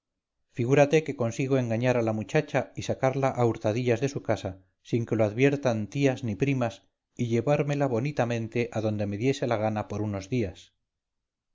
figúrate que consigo engañar a la muchacha y sacarla a hurtadillas de su casa sin que lo adviertan tías ni primas y llevármela bonitamente a donde me diese la gana por unos días